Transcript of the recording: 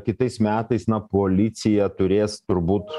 kitais metais na policija turės turbūt